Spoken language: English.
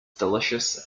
delicious